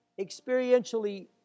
experientially